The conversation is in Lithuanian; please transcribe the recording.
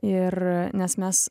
ir nes mes